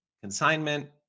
consignment